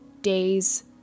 days